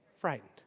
Frightened